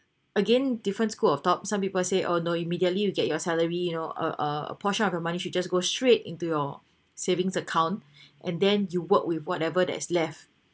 again different school of top some people say oh no immediately you get your salary you know a a a portion of your money should just go straight into your savings account and then you work with whatever that is left